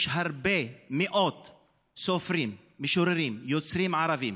יש הרבה, מאות סופרים, משוררים, יוצרים ערבים